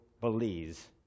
Belize